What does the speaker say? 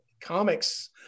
comics